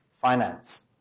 finance